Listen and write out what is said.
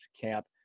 camp